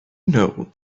know